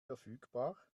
verfügbar